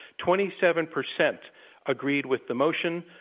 twenty seven percent agreed with the motion,